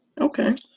Okay